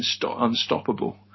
unstoppable